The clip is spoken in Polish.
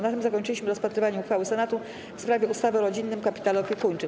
Na tym zakończyliśmy rozpatrywanie uchwały Senatu w sprawie ustawy o rodzinnym kapitale opiekuńczym.